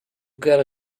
quero